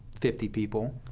fifty people.